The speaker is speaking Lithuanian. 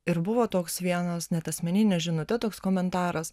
ir buvo toks vienas net asmenine žinute toks komentaras